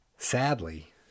Sadly